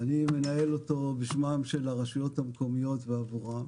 אני מנהל אותו בשמם של הרשויות המקומיות ועבורם.